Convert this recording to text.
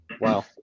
Wow